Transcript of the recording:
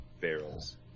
barrels